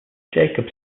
jacob